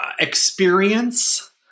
experience